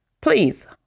Please